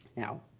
now,